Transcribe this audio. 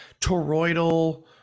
toroidal